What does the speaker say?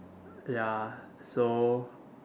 ya so